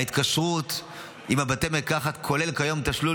ההתקשרות עם בתי המרקחת כוללת כיום תשלום